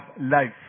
life